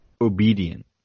obedient